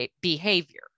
behavior